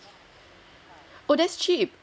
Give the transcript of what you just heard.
oh that's cheap